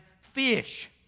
fish